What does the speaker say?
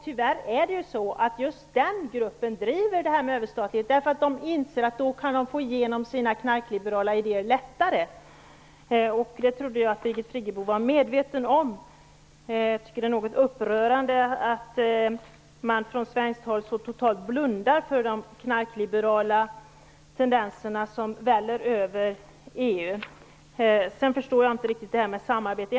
Tyvärr är det ju just den gruppen som driver detta med överstatligheten. De inser att de på så vis kan få igenom sina knarkliberala lättare. Det trodde jag att Birgit Friggebo var medveten om. Jag tycker att det är något upprörande att man från svenskt håll så totalt blundar för de knarkliberala tendenser som väller över EU. Sedan förstår jag inte riktigt detta med samarbetet.